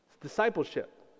Discipleship